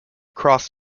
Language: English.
cross